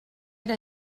era